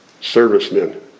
servicemen